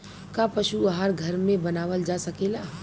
का पशु आहार घर में बनावल जा सकेला?